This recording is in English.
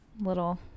little